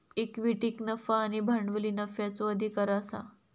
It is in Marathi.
इक्विटीक नफा आणि भांडवली नफ्याचो अधिकार आसा